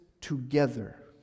together